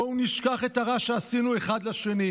בואו נשכח את הרע שעשינו אחד לשני.